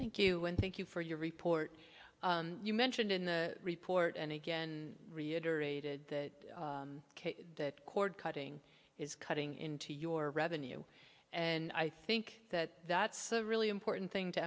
thank you and thank you for your report you mentioned in the report and again reiterated that that cord cutting is cutting into your revenue and i think that that's a really important thing to